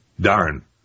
Darn